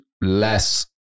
less